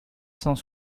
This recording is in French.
cent